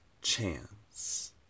Chance